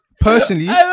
personally